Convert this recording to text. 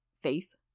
Faith